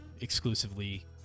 exclusively